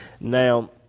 Now